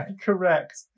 correct